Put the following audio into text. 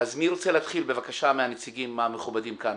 מי רוצה להתחיל מהנציגים המכובדים כאן?